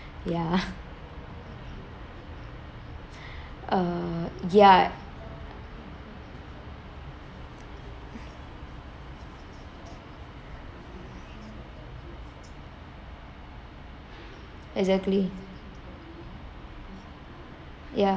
ya err ya exactly ya